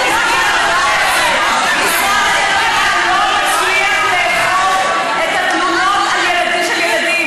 משרד הכלכלה לא מצליח לאכוף בתלונות של ילדים.